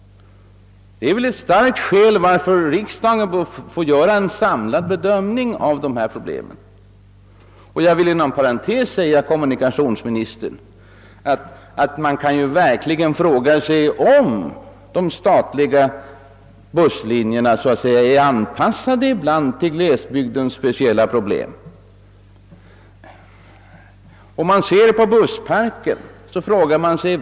Jag vill inom parentes säga, herr kommunikationsminister, att man verkligen kan fråga sig om de statliga busslinjerna alltid är anpassade till glesbygdens speciella problem.